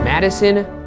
Madison